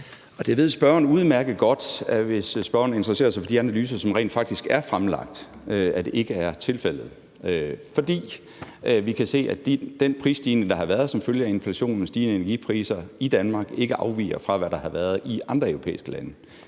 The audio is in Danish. Det ved spørgeren udmærket godt – hvis spørgeren interesserer sig for de analyser, som rent faktisk er fremlagt – ikke er tilfældet. For vi kan se, at den prisstigning, der har været som følge af inflationen og stigende energipriser i Danmark, ikke afviger fra, hvad der har været i andre europæiske lande.